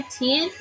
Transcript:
10